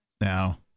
Now